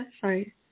Sorry